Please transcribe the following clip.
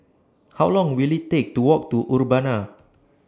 How Long Will IT Take to Walk to Urbana